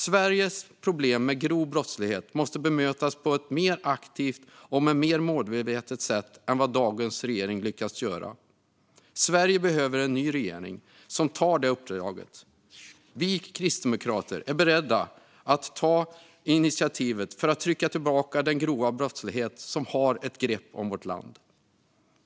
Sveriges problem med grov brottslighet måste bemötas på ett mer aktivt och mer målmedvetet sätt än vad dagens regering lyckats göra. Sverige behöver en ny regering som tar på sig det uppdraget. Vi kristdemokrater är beredda att ta initiativet för att trycka tillbaka den grova brottslighet som har ett grepp om vårt land.